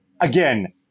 Again –